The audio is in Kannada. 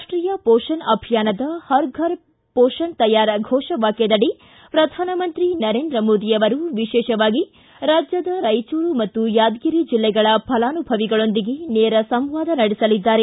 ರಾಷ್ಟೀಯ ಪೋಷಣ ಅಭಿಯಾನದ ಹರ ಫರ ಪೋಷಣ ತಯಾರ ಫೋಷ್ಟ ವಾಕ್ವದಡಿ ಶ್ರಧಾನಮಂತ್ರಿ ನರೇಂದ್ರ ಅವರು ವಿಶೇಷವಾಗಿ ರಾಜ್ಯದ ರಾಯಚೂರು ಮತ್ತು ಯಾದಗಿರಿ ಜಿಲ್ಲೆಗಳ ಫಲಾನುಭವಿಗಳೊಂದಿಗೆ ನೇರ ಸಂವಾದ ನಡೆಸಲಿದ್ದಾರೆ